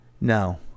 No